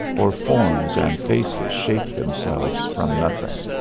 or forms and faces shape themselves from nothing.